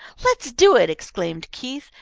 let's do it! exclaimed keith,